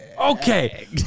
Okay